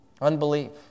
Unbelief